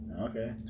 okay